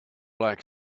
black